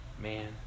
man